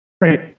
Great